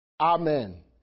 Amen